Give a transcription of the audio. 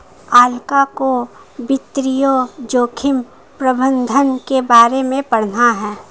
अलका को वित्तीय जोखिम प्रबंधन के बारे में पढ़ना है